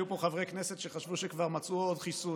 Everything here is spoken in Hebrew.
היו פה חברי כנסת שחשבו שכבר מצאו עוד חיסון.